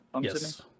Yes